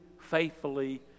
faithfully